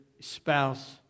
spouse